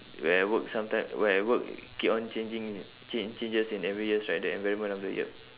where work sometime where work keep on changing change changes in every years right the environment of the year